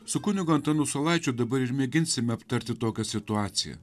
su kunigu antanu saulaičiu dabar ir mėginsime aptarti tokią situaciją